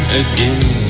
again